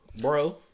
Bro